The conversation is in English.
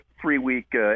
three-week